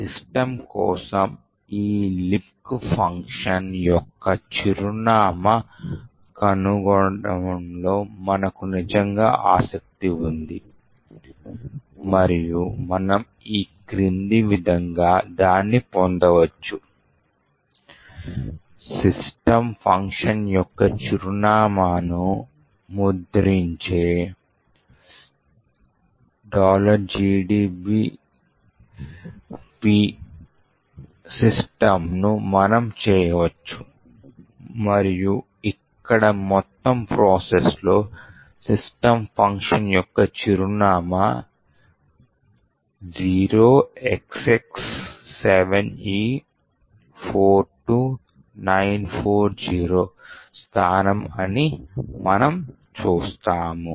system కోసం ఈ libc function యొక్క చిరునామాను కనుగొనడంలో మనకు నిజంగా ఆసక్తి ఉంది మరియు మనము ఈ క్రింది విధంగా దాన్ని పొందవచ్చు system ఫంక్షన్ యొక్క చిరునామాను ముద్రించే gdbp systemను మనము చేయవచ్చు మరియు ఇక్కడ మొత్తం ప్రాసెస్ లో సిస్టమ్ ఫంక్షన్ యొక్క చిరునామా 0XX7E42940 స్థానం అని మనము చూస్తాము